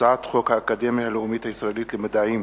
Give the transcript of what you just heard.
הצעת חוק האקדמיה הלאומית הישראלית למדעים